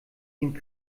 den